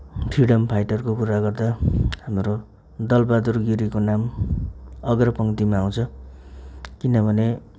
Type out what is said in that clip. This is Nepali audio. फ्रिडम फाइटरको कुरा गर्दा हाम्रो दल बहादुर गिरीको नाम अग्रिम पङ्तिमा आउँछ किनभने